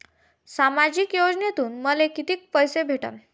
सामाजिक योजनेतून मले कितीक पैसे भेटन?